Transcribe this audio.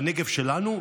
בנגב שלנו,